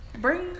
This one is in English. bring